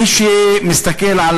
מי שמסתכל על